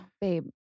babe